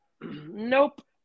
nope